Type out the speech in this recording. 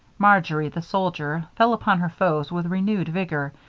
marjory, the soldier, fell upon her foes with renewed vigor,